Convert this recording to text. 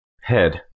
Head